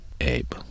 Abe